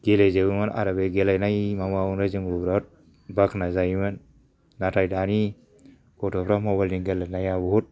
गेलेजोबोमोन आरो बे गेलेनाय माबायावनो जोंबो बिरात बाख्नायजायोमोन नाथाय दानि गथ'फ्रा मबेलजों गेलेनाया बुहुत